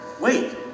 wait